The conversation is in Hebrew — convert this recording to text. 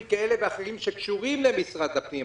כאלה ואחרים שקשורים למשרד הפנים,